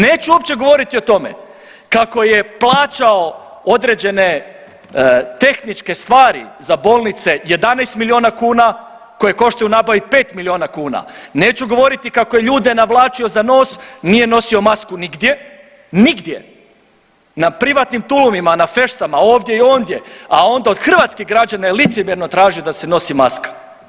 Neću uopće govoriti o tome kako je plaćao određene tehničke stvari za bolnice 11 milijuna kuna koje koštaju u nabavi 5 milijuna kuna, neću govoriti kako je ljude navlačio za nos, nije nosio masku nigdje, nigdje, na privatnim tulumima, na feštama, ovdje i ondje, a onda od hrvatskih građana je licemjerno tražio da se nosi maska.